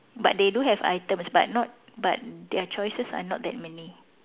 but they do have items but not but their choices are not that many